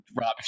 Rob